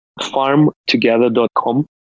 farmtogether.com